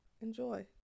Enjoy